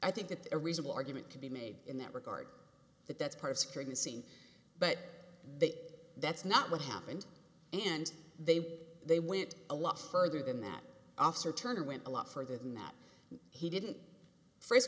i think that a reasonable argument to be made in that regard that that's part of securing the scene but that's not what happened and they they went a lot further than that officer turner went a lot further than that he didn't f